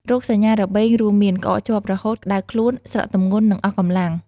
រោគសញ្ញារបេងរួមមាន ក្អកជាប់រហូត ក្តៅខ្លួន ស្រកទម្ងន់ និងអស់កម្លាំង។